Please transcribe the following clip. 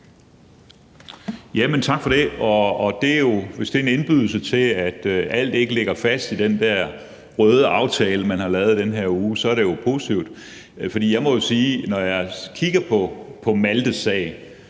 Tak for det. Hvis det er en indbydelse og alt ikke ligger fast i den der røde aftale, man har lavet i den her uge, er det jo positivt. For jeg må jo sige,